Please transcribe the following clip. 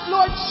Lord